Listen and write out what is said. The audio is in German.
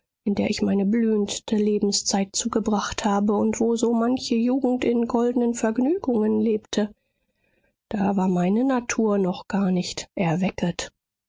in der ich meine blühendste lebenszeit zugebracht habe und wo so manche jugend in goldenen vergnügungen lebte da war meine natur noch gar nicht erwecket